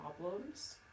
problems